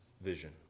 vision